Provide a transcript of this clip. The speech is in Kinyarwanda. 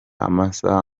amasaha